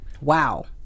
wow